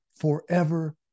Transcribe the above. forever